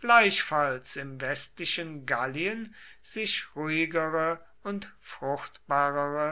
gleichfalls im westlichen gallien sich ruhigere und fruchtbarere